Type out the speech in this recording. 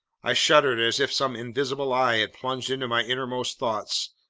i shuddered as if some invisible eye had plunged into my innermost thoughts,